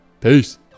peace